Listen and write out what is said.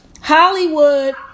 Hollywood